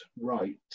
right